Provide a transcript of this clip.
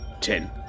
Ten